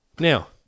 Now